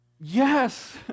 Yes